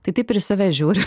tai taip ir į save žiūriu